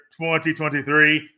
2023